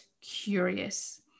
curious